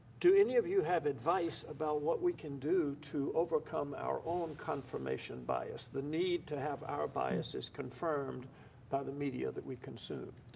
do any of you have advice about what we can do to overcome our own confirmation bias, the need to have our biases confirmed by the media that we consume?